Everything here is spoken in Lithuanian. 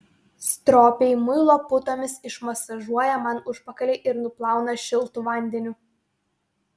stropiai muilo putomis išmasažuoja man užpakalį ir nuplauna šiltu vandeniu